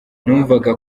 numvaga